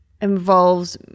involves